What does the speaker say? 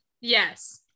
yes